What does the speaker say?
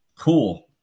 cool